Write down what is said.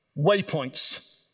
waypoints